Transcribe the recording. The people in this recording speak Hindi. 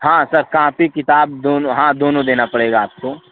हाँ सर कांपी किताब दोनों हाँ दोनों देना पड़ेगा आपको